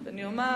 אני מודה